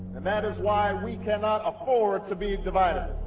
and that is why we cannot afford to be divided.